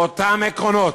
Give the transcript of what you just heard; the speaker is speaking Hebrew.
באותם עקרונות.